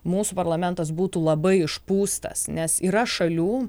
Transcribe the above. mūsų parlamentas būtų labai išpūstas nes yra šalių